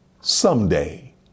someday